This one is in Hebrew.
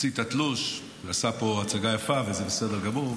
הוציא את התלוש ועשה כאן הצגה יפה, זה בסדר גמור.